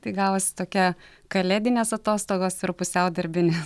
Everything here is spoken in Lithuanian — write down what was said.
tai gavosi tokia kalėdinės atostogos ir pusiau darbinės